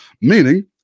meaning